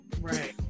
Right